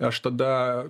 aš tada